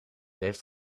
heeft